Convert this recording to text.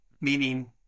meaning